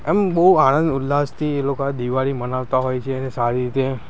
આમ બહુ આનંદ ઉલ્લાસથી એ લોકા દિવાળી મનાવતા હોય છે સારી રીતે